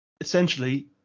essentially